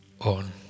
on